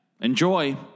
Enjoy